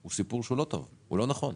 הוא סיפור לא טוב ולא נכון.